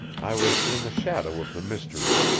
i was in the shadow of the mystery.